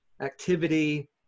activity